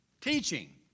teaching